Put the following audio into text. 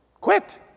quit